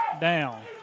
down